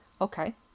Okay